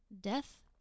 Death